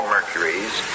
Mercurys